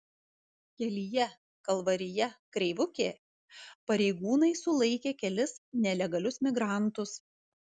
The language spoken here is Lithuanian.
kelyje kalvarija kreivukė pareigūnai sulaikė kelis nelegalius migrantus